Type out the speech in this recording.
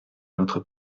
notre